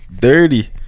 dirty